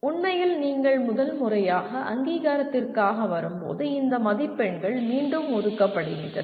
உண்மையில் நீங்கள் முதல் முறையாக அங்கீகாரத்திற்காக வரும்போது இந்த மதிப்பெண்கள் மீண்டும் ஒதுக்கப்படுகின்றன